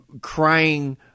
crying